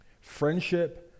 Friendship